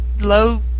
low